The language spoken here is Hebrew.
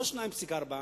לא 2.4,